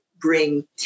bring